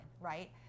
right